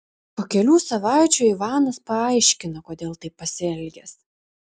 po kelių savaičių ivanas paaiškino kodėl taip pasielgęs